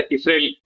Israel